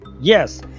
Yes